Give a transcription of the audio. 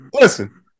Listen